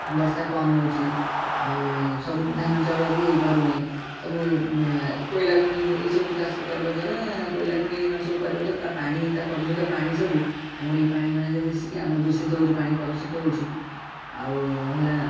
ବର୍ଷା କମ୍ ହେଉଛି ଆଉ ସବୁ ଧାନ ଚାଉଳ ବି ହେଇ ପାରୁନାହିଁ ସବୁ କୋଇଲା ଖଣି ଏହିସବୁ ଚାଷ କରିବା ଦ୍ୱାରା କୋଇଲା ଖଣି ଏମାନେ ସବୁ କରିବା ଦ୍ୱାରା ପାଣି ତ ପ୍ରଦୂଷିତ ପାଣି ସବୁ ଆମର ଏଇ ପାଣି ମାନଙ୍କରେ ମିଶିକି ଆମ ଦୂଷିତ ହେଉଛି ପାଣି ପ୍ରଦୂଷିତ ହେଉଛି ଆଉ ହେଲା